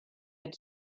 had